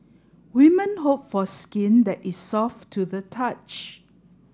women hope for skin that is soft to the touch